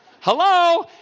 Hello